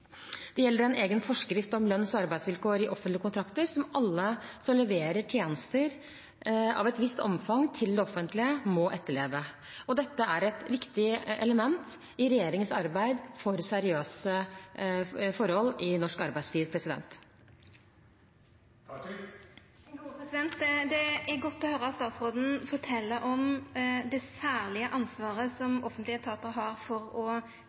Det gjelder en egen forskrift om lønns- og arbeidsvilkår i offentlige kontrakter som alle som leverer tjenester av et visst omfang til det offentlige, må etterleve. Dette er et viktig element i regjeringens arbeid for seriøse forhold i norsk arbeidsliv. Det er godt å høyra statsråden fortelja om det særlege ansvaret som offentlege etatar har for å